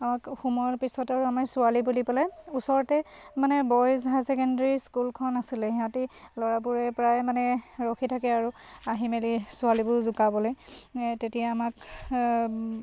আমাক সোমোৱাৰ পিছত আৰু আমাৰ ছোৱালী বুলি পেলাই ওচৰতে মানে বইজ হাই ছেকেণ্ডেৰী স্কুলখন আছিলে সিহঁতি ল'ৰাবোৰে প্ৰায় মানে ৰখি থাকে আৰু আহি মেলি ছোৱালীবোৰ জোকাবলৈ তেতিয়া আমাক